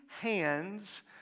hands